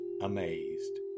amazed